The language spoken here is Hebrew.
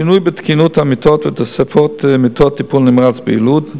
שינוי בתקינת המיטות ותוספת מיטות טיפול נמרץ ביילוד,